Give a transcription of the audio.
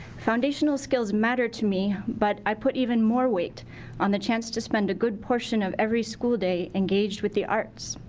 foundational skills matter to me, but i put even more weight on the chance to spend a good portion of every school day engaged with the arts.